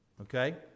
Okay